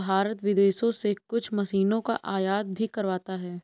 भारत विदेशों से कुछ मशीनों का आयात भी करवाता हैं